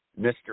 Mr